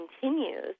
continues